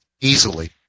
Easily